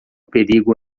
perigo